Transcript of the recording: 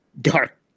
dark